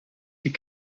die